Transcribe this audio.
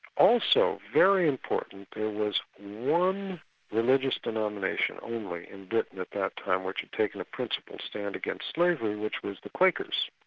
also, very important, there was one religious denomination only in britain at that time which had taken a principle stand against slavery, which was the quakers.